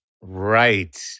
Right